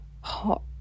hot